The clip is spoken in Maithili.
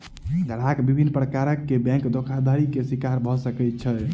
ग्राहक विभिन्न प्रकार के बैंक धोखाधड़ी के शिकार भअ सकै छै